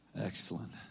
Excellent